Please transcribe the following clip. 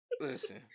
Listen